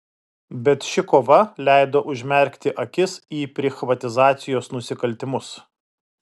bet ši kova leido užmerkti akis į prichvatizacijos nusikaltimus